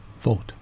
vote